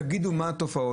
אתם יודעים מה התופעות,